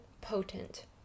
potent